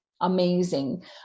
amazing